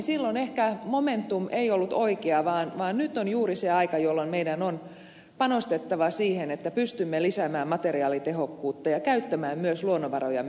silloin ehkä momentum ei ollut oikea vaan nyt on juuri se aika jolloin meidän on panostettava siihen että pystymme lisäämään materiaalitehokkuutta ja käyttämään myös luonnonvarojamme järkevästi